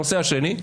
הנושא השני,